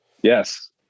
Yes